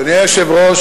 אדוני היושב-ראש,